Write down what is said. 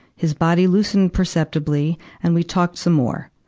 his body loosened perceptibly, and we talked some more.